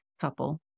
couple